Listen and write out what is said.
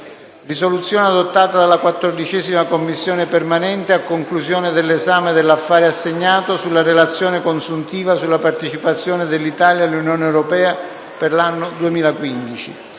**Risoluzione adottata dalla 14a Commissione permanente a conclusione dell'esame dell'affare assegnato «Relazione consuntiva sulla partecipazione dell'Italia all'Unione europea per l'anno 2015